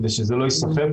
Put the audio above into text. כדי שזה לא ייסחב,